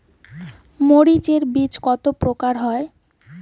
মরিচ এর বীজ কতো প্রকারের হয়?